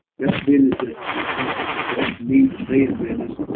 that's business that the processing plants need to stay in business,